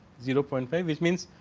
zero point five which means